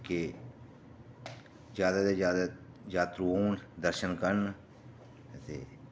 ते जादै तों जादै जात्तरू होन ते दर्शन करन ते